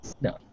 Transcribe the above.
No